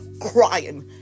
crying